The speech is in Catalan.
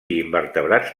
invertebrats